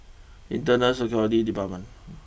Internal Security Department